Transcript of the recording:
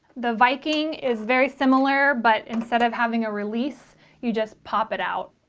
the viking is very similar but instead of having a release you just pop it out